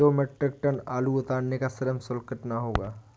दो metric ton आलू उतारने का श्रम शुल्क कितना होगा?